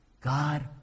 God